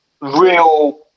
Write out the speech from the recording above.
real